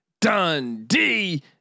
Dundee